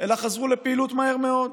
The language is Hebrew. אלא חזרו לפעילות מהר מאוד.